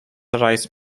rice